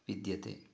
विद्यते